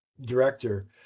director